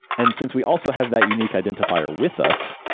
and since we also have that unique identifier with us,